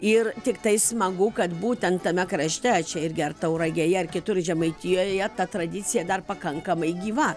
ir tiktai smagu kad būtent tame krašte čia irgi ar tauragėje ar kitur žemaitijoje ta tradicija dar pakankamai gyva